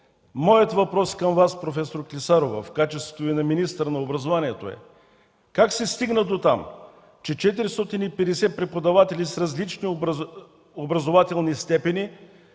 Моят въпрос към Вас, проф. Клисарова, в качеството Ви на министър на образованието и науката, е: как се стигна до там, че 450 преподаватели с различни образователни степени,